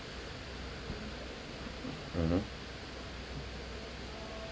mm